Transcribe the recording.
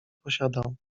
posiadał